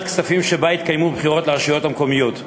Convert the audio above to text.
כספים שבה התקיימו בחירות לרשויות המקומיות.